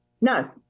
No